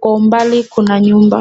Kwa umbali kuna nyumba.